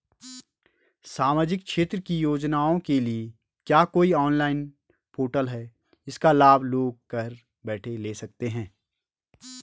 सामाजिक क्षेत्र की योजनाओं के लिए क्या कोई ऑनलाइन पोर्टल है इसका लाभ लोग घर बैठे ले सकते हैं?